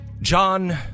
John